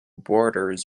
borders